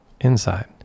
inside